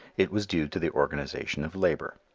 it was due to the organization of labor.